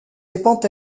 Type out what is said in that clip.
dépend